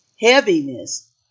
heaviness